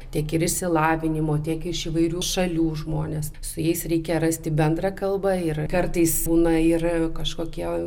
tiek ir išsilavinimo tiek iš įvairių šalių žmonės su jais reikia rasti bendrą kalbą ir kartais būna ir kažkokie